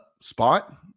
spot